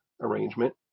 arrangement